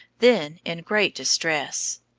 then in great distress.